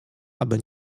aby